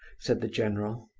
said the general.